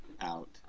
out